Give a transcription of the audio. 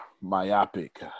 myopic